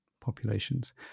populations